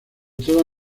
toda